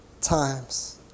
times